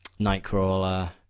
Nightcrawler